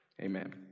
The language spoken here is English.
amen